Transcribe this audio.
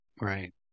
Right